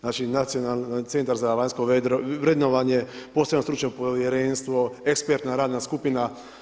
Znači Nacionalni centar za vanjsko vrednovanje, Posebno stručno povjerenstvo, Ekspertna radna skupina.